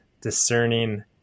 discerning